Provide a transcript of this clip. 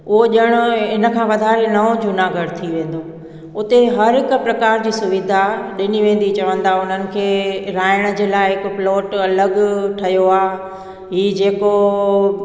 उहो ॼाणु हिन खां वाधारे नओ जूनागढ़ थी वेंदो हुते हर हिकु प्रकार जी सुविधा ॾिनी वेंदी चवंदा उन्हनि खे रहण जे लाइ हिकु प्लॉट अलॻि ठहियो आहे हीउ जेको